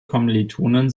kommilitonin